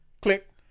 Click